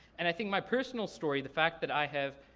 and i think my personal story, the fact that i have,